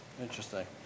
Interesting